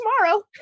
tomorrow